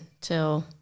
till